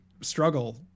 struggle